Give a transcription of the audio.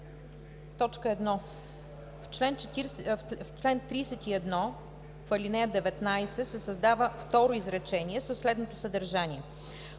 1. В чл. 31, в ал. 19 се създава второ изречение със следното съдържание: